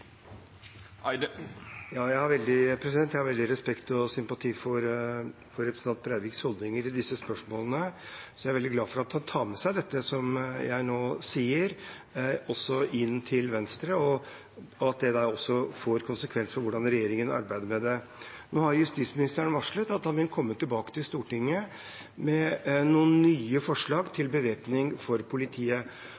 Eide, Stortinget og dei som følgjer debatten, at væpning av politi vil vera ei sak som Venstre prioriterer høgt både internt i regjering og her på huset framover. Jeg har veldig respekt og sympati for representanten Breiviks holdninger i disse spørsmålene. Og så er jeg veldig glad for at han tar med seg dette som jeg nå sier, inn til Venstre, og at det da også får konsekvenser for hvordan regjeringen arbeider med det. Nå har justisministeren varslet at han